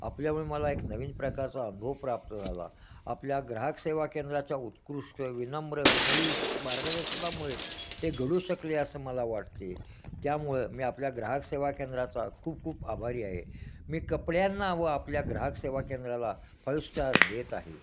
आपल्यामुळे मला एक नवीन प्रकारचा अनुभव प्राप्त झाला आपल्या ग्राहक सेवा केंद्राचा उत्कृष्ट विनम्र विनयी स् मार्गदर्शनामुळेच हे घडू शकले असं मला वाटते त्यामुळं मी आपल्या ग्राहक सेवा केंद्राचा खूप खूप आभारी आहे मी कपड्यांना व आपल्या ग्राहक सेवा केंद्राला फायव स्टार देत आहे